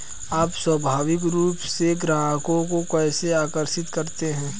आप स्वाभाविक रूप से ग्राहकों को कैसे आकर्षित करते हैं?